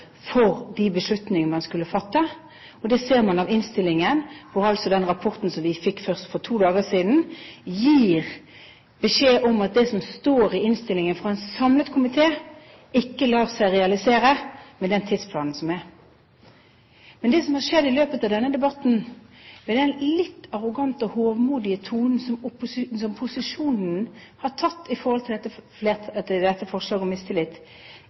for de beslutninger man skulle fatte. Det ser man av innstillingen, og den rapporten som vi fikk først for to dager siden, gir beskjed om at det som står i innstillingen fra en samlet komité, ikke lar seg realisere med den tidsplanen som er. Men det som har skjedd i løpet av denne debatten, er at posisjonen har tatt den litt arrogante og